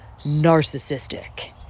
narcissistic